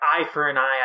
eye-for-an-eye